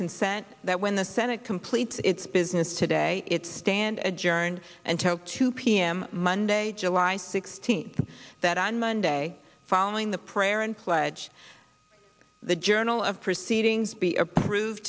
consent that when the senate completes its business today its stand adjourned until two p m monday july sixteenth that on monday following the prayer and pledge the journal of proceedings be approved